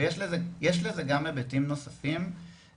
יש לזה גם היבטים נוספים,